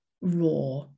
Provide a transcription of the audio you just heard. raw